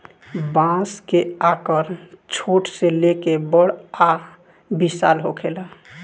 बांस के आकर छोट से लेके बड़ आ विशाल होखेला